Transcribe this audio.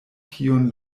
tiun